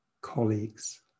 colleagues